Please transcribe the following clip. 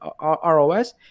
ROS